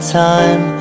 time